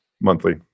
Monthly